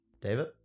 David